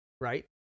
right